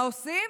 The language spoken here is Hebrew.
מה עושים?